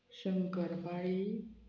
शंकरपाळी